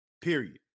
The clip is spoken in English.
Period